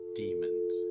demons